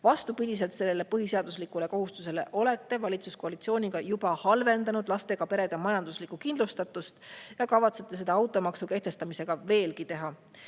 Vastupidiselt sellele põhiseaduslikule kohustusele olete valitsuskoalitsiooniga juba halvendanud lastega perede majanduslikku kindlustatust ja kavatsete seda automaksu kehtestamisega veelgi teha.